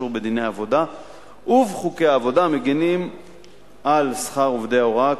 הקשור לדיני העבודה ובחוקי העבודה המגינים על שכרם של עובדי ההוראה,